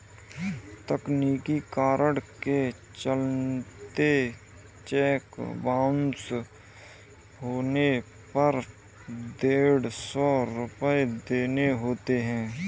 तकनीकी कारण के चलते चेक बाउंस होने पर डेढ़ सौ रुपये देने होते हैं